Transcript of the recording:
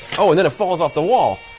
oh and then it falls off the wall.